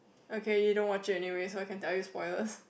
okay you don't watch it anyway so I can tell you spoilers